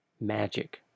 Magic